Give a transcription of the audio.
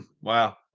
Wow